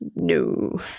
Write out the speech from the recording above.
No